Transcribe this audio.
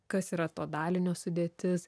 kas yra to dalinio sudėtis